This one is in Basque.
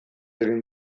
egin